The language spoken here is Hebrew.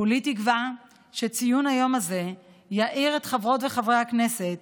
כולי תקווה שציון היום הזה יעיר את חברות וחברי הכנסת